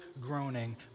groaning